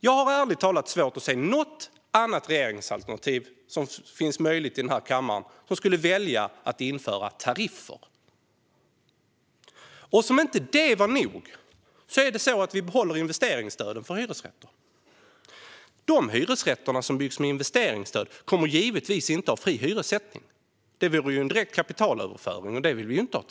Jag har ärligt talat svårt att se något annat möjligt regeringsalternativ i kammaren som skulle välja att införa tariffer. Som om detta inte vore nog behåller vi investeringsstödet för hyresrätter. De hyresrätter som byggs med investeringsstöd kommer givetvis inte att ha fri hyressättning. Det blir ju en direkt kapitalöverföring, och det vill vi inte ha.